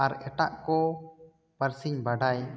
ᱟᱨ ᱮᱴᱟᱜ ᱠᱚ ᱯᱟᱹᱨᱥᱤ ᱵᱟᱰᱟᱭ